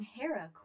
Hera